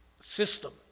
system